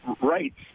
rights